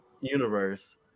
universe